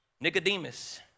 Nicodemus